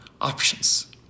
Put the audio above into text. options